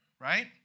right